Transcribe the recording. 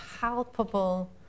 palpable